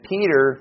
Peter